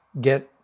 get